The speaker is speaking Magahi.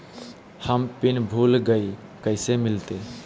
हम पिन भूला गई, कैसे मिलते?